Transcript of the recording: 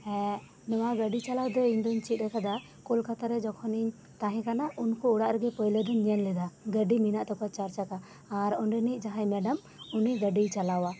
ᱦᱮᱸ ᱱᱚᱣᱟ ᱜᱟᱹᱰᱤ ᱪᱟᱞᱟᱣ ᱫᱚ ᱤᱧᱫᱚᱧ ᱪᱮᱫ ᱟᱠᱟᱫᱟ ᱠᱚᱞᱠᱟᱛᱟᱨᱮ ᱡᱚᱠᱷᱚᱱᱤᱧ ᱛᱟᱦᱮᱸ ᱠᱟᱱᱟ ᱩᱱᱠᱩ ᱚᱲᱟᱜ ᱨᱤᱜᱤ ᱯᱩᱭᱞᱩᱫᱚᱧ ᱧᱮᱞ ᱞᱮᱫᱟ ᱜᱟᱹᱰᱤ ᱢᱮᱱᱟᱜ ᱛᱟᱠᱩᱣᱟ ᱪᱟᱨᱪᱟᱠᱟ ᱟᱨ ᱚᱸᱰᱮᱱᱤᱡ ᱡᱟᱦᱟᱸᱭ ᱢᱮᱰᱟᱢ ᱩᱱᱤ ᱜᱟᱹᱰᱤᱭ ᱪᱟᱞᱟᱣᱟ